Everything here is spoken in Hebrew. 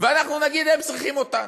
אנחנו נגיד: הם צריכים אותנו,